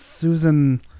susan